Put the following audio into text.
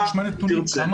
אם תרצה.